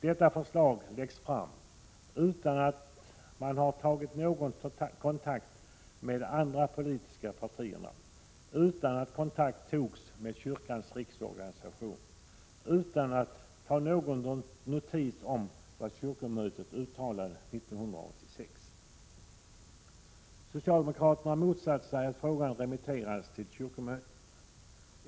Detta förslag läggs fram utan att man har tagit någon kontakt med andra politiska partier, utan att kontakt togs med kyrkans riksorganisation och utan att man tagit någon notis om vad kyrkomötet uttalade 1986. Socialdemokraterna motsatte sig att frågan remitterades till kyrkomötet.